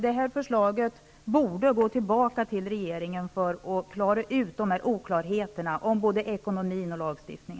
Det här förslaget borde gå tillbaka till regeringen, för att klara ut oklarheterna om både ekonomi och lagstiftning.